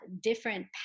different